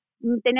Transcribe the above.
tenemos